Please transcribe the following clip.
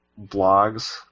blogs